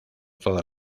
todas